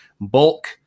bulk